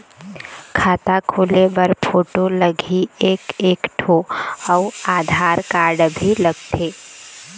खाता खोले बर फोटो लगही एक एक ठो अउ आधार कारड भी लगथे?